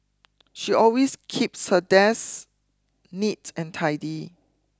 she always keeps her desk neat and tidy